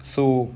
mmhmm